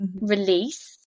release